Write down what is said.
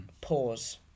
pause